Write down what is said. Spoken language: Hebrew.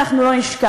ואנחנו לא נשכח.